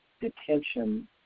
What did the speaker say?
detention